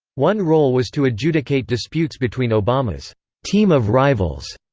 one role was to adjudicate disputes between obama's team of rivals.